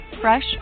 Fresh